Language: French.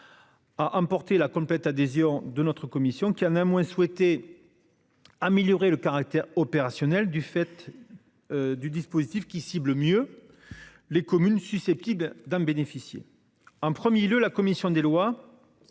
A emporté la complète adhésion de notre commission qui a néanmoins souhaité. Améliorer le caractère opérationnel du fait. Du dispositif qui ciblent mieux. Les communes susceptibles d'en bénéficier en 1er lieu la commission des lois.